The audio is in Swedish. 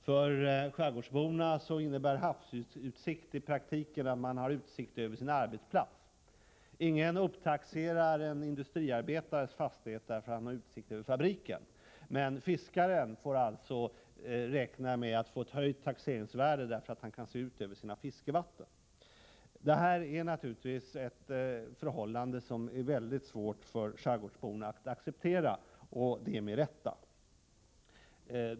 För skärgårdsbon innebär havsutsikt i praktiken att man har utsikt över sin arbetsplats. Ingen upptaxerar en industriarbetares fastighet därför att han har utsikt över fabriken, men fiskaren får alltså räkna med att få höjt taxeringsvärde därför att han kan se ut över sina fiskevatten. Det här är naturligtvis ett förhållande som det är väldigt svårt för skärgårdsborna att acceptera, och det med rätta.